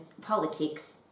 politics